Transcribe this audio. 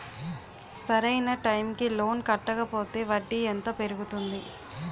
సరి అయినా టైం కి లోన్ కట్టకపోతే వడ్డీ ఎంత పెరుగుతుంది?